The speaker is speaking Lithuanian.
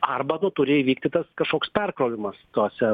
arba nu turi įvykti tas kažkoks perkrovimas tuose